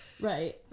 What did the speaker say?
Right